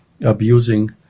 abusing